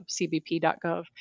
cbp.gov